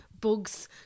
bugs